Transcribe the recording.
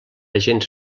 gens